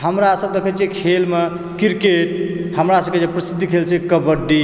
हमरा सब देखै छिऐ खेलमे क्रिकेट हमरा सबकेँ जे प्रसिद्ध खेल छै कबड्डी